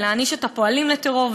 ולהעניש את הפועלים לטרור,